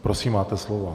Prosím, máte slovo.